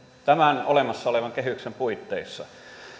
tämän olemassa olevan kehyksen puitteissa